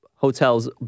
hotel's